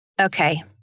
Okay